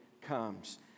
comes